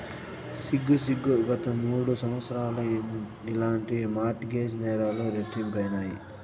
సిగ్గు సిగ్గు, గత మూడు సంవత్సరాల్ల ఇలాంటి మార్ట్ గేజ్ నేరాలు రెట్టింపైనాయి